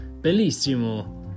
bellissimo